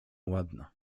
ładna